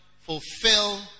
fulfill